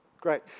Great